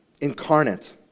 incarnate